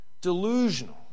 delusional